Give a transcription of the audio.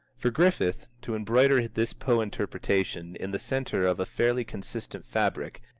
for griffith to embroider this poe interpretation in the centre of a fairly consistent fabric,